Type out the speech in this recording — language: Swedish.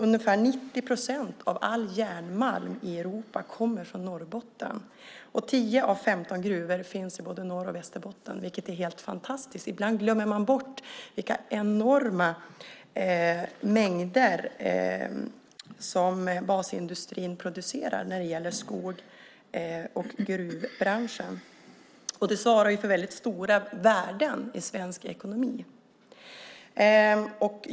Ungefär 90 procent av all järnmalm i Europa kommer från Norrbotten, och 10 av 15 gruvor finns i Norr och Västerbotten, vilket är helt fantastiskt. Ibland glömmer man bort vilka enorma mängder som basindustrin producerar när det gäller skogs och gruvbranschen. Det här svarar för väldigt stora värden i svensk ekonomi.